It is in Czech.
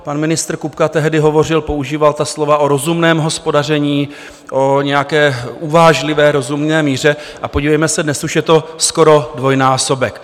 Pan ministr Kupka tehdy hovořil, používal slova o rozumném hospodaření, o nějaké uvážlivé rozumné míře, a podívejme se, dnes už je skoro dvojnásobek.